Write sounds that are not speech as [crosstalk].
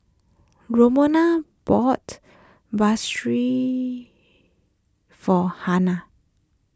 Romona bought [unintelligible] for Harlan